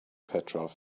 petrov